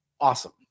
awesome